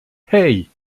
hey